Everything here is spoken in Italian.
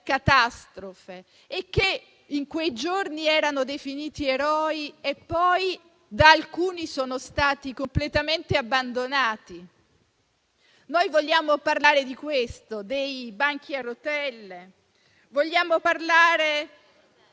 catastrofe, che in quei giorni erano definiti eroi e che poi da alcuni sono stati completamente abbandonati. Vogliamo parlare di questo, dei banchi a rotelle, vogliamo parlare